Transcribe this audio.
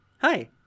Hi